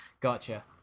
Gotcha